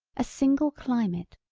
a single climate,